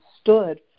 stood